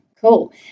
Cool